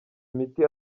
imiti